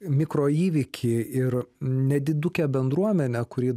mikroįvykį ir nedidukę bendruomenę kuri